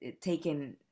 taken